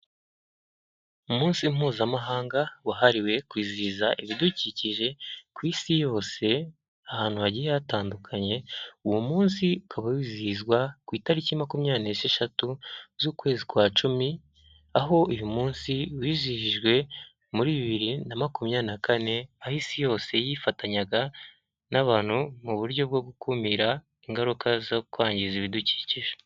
Umunsi mpuzamahanga wahariwe kwizihiza ibidukikije ku isi yose, ahantu hagiye hatandukanye, uwo munsi ukaba wizihizwa ku itariki makumyabiri n'esheshatu z'ukwezi kwa cumi, aho uyu munsi wizihijwe muri bibiri na makumyabiri na kane, aho isi yose yifatanyaga n'abantu mu buryo bwo gukumira ingaruka zo kwangiza ibidukikije.